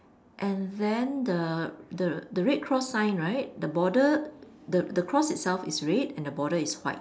and then the the the red cross sign right the border the the cross itself is red and the border is white